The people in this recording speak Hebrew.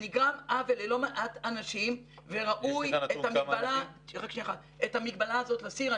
ונגרם עוול ללא מעט אנשים וראוי את המגבלה הזאת להסיר.